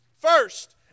First